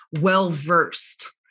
well-versed